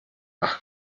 nach